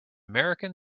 american